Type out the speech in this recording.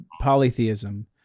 polytheism